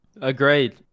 Agreed